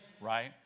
Right